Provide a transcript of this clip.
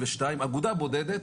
אגודה בודדת,